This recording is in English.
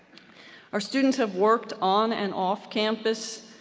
our students have worked on and off campus,